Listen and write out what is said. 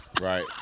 right